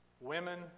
Women